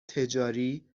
تجاری